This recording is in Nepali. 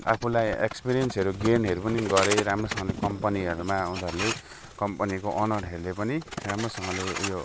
आफूलाई एक्सपिरिएन्सहरू गेनहरू पनि गरेँ राम्रोसँगले कम्पनीहरूमा उनीहरूले कम्पनीको अनरहरूले पनि राम्रोसँगले उयो